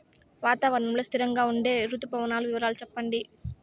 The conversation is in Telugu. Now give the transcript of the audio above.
వాతావరణం లో స్థిరంగా ఉండే రుతు పవనాల వివరాలు చెప్పండి?